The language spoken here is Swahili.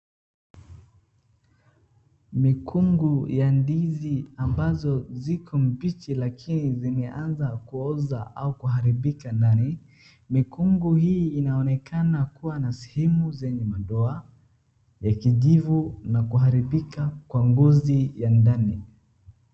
Mikungu y ndizi ambazo ziko mbichi lakini zimeanza kuoza au kuharibika na ni mikungu hii inaonekana kua na sehemu zenye madoa ya kijivu na kuharibika kwa ngozi ya ndani.